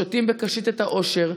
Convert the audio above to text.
שותים בקשית את האושר.